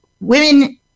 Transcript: Women